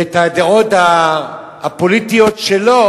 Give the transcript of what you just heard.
ואת הדעות הפוליטיות שלו,